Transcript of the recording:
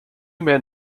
men